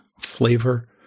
flavor